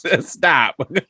Stop